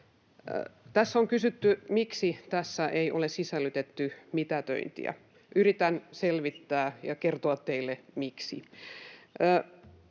Tässä on kysytty, miksi tähän ei ole sisällytetty mitätöintiä. Yritän selvittää ja kertoa teille, miksi: